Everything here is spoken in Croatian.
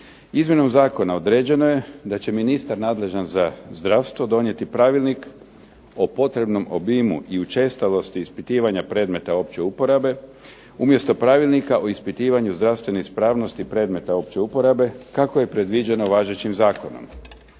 Izmjenom zakona određeno je da će ministar nadležan za zdravstvo donijeti pravilnik o potrebnom obimu i učestalosti ispitivanja predmeta opće uporabe umjesto pravilnika o ispitivanju zdravstvene ispravnosti predmeta opće uporabe kako je predviđeno važećim zakonom.